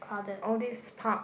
all these park